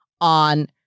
on